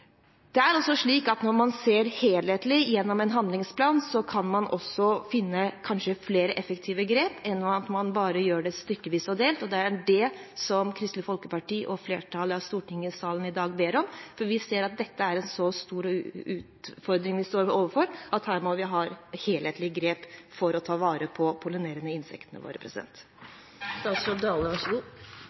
når man ser helhetlig gjennom en handlingsplan, kan man kanskje finne flere effektive grep enn ved bare å gjøre dette stykkevis og delt. Det er det Kristelig Folkeparti og flertallet i stortingssalen i dag ber om, for vi ser at det er en så stor utfordring vi står overfor at her må vi ha helhetlige grep, slik at vi kan ta vare på de pollinerende insektene våre.